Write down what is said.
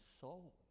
soul